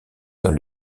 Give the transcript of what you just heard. dans